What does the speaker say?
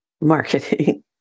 marketing